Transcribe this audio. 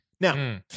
Now